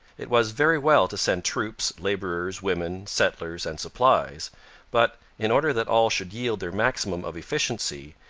it was very well to send troops, labourers, women, settlers, and supplies but, in order that all should yield their maximum of efficiency,